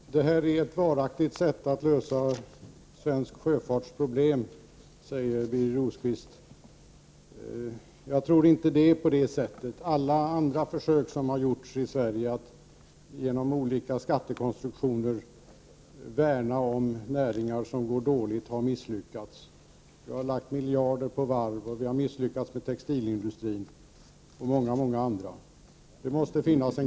rederier. Herr talman! Detta är ett varaktigt sätt att lösa svenska sjöfartsproblem, säger Birger Rosqvist. Jag tror inte att det är så. Alla andra försök som gjorts i Sverige att genom olika skattekonstruktioner värna om näringar som går dåligt har misslyckats. Vi har lagt ner miljarder på varv och vi har misslyckats med textilindustrin och många andra områden.